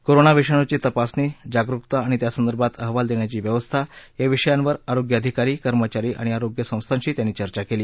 corona विषाणूची तपासणी जागरूकता आणि त्या संदर्भात अहवाल देण्याची व्यवस्था अशा विषयांवर आरोग्य अधिकारी कर्मचारी आणि आरोग्य संस्थांशी त्यांनी चर्चा केली